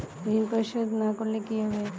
ঋণ পরিশোধ না করলে কি হবে?